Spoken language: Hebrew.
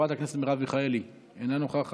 חברת הכנסת מרב מיכאלי, אינה נוכחת,